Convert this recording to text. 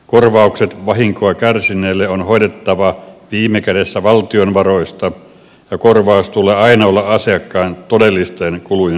korvaukset vahinkoa kärsineelle on hoidettava viime kädessä valtion varoista ja korvauksen tulee aina olla asiakkaan todellisten kulujen mukainen